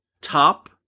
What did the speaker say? top